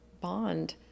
bond